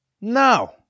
No